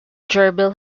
gerbil